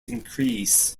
increase